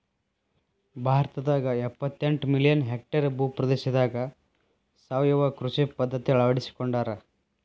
ಭಾರತದಾಗ ಎಪ್ಪತೆಂಟ million hectare ಭೂ ಪ್ರದೇಶದಾಗ ಸಾವಯವ ಕೃಷಿ ಪದ್ಧತಿ ಅಳ್ವಡಿಸಿಕೊಂಡಾರ